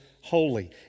holy